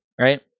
Right